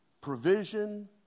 Provision